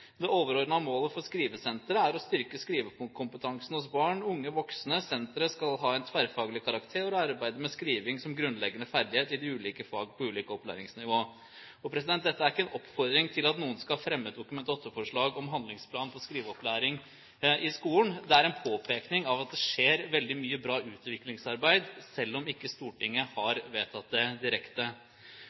overordna målet til Skrivesenteret er å styrkje skrivekompetansen hos barn, unge og vaksne. Senteret skal ha ein tverrfagleg karakter og arbeide med skriving som grunnleggjande ferdigheit i ulike fag og på ulike opplæringsnivå.» Dette er ikke en oppfordring til at noen skal fremme et Dok. nr. 8-forslag om handlingsplan for skriveopplæring i skolen. Det er en påpekning av at det skjer veldig mye bra utviklingsarbeid selv om ikke Stortinget har vedtatt det direkte.